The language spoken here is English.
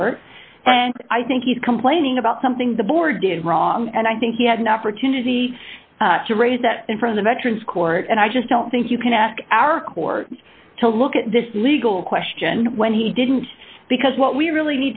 and i think he's complaining about something the board did wrong and i think he had an opportunity to raise that in front of veterans court and i just don't think you can ask our court to look at this legal question when he didn't because what we really